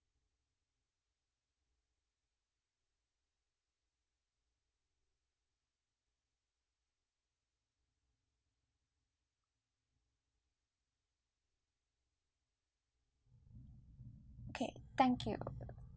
K thank you